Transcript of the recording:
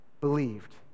believed